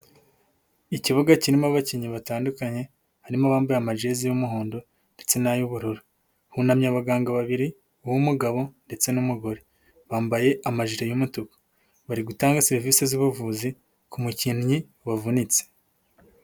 Ikibuga kirimo abakinnyi batandukanye, harimo abambaye amajezi y'umuhondo ndetse n'ay'ubururu, hunamye abaganga babiri, uw'umugabo ndetse n'umugore, bambaye amajire y'umutuku, bari gutanga serivisi z'ubuvuzi ku mukinnyi wavunitse.